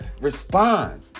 respond